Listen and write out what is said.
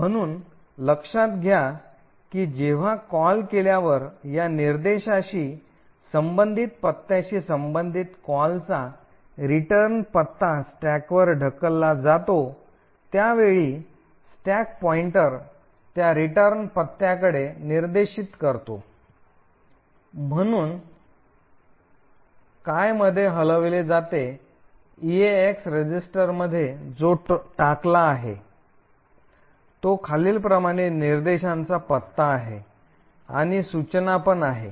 म्हणून लक्षात घ्या की जेव्हा कॉल केल्यावर या निर्देशाशी संबंधित पत्त्याशी संबंधित कॉलचा रिटर्न पत्ता स्टॅकवर ढकलला जातो त्या वेळी स्टॅक पॉईंटर त्या रिटर्न पत्त्याकडे निर्देशित करतो म्हणून काय मध्ये हलविले जाते ईएक्स रजिस्टरमध्ये जो टाकला आहे तो खालील निर्देशांचा पत्ता आहे आणि सूचना पण आहे